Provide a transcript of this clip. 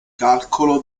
calcolo